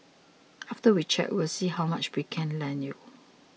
after we check we'll see how much we can lend you